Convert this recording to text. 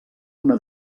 una